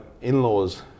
in-laws